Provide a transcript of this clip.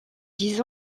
dix